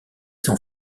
s’en